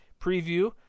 preview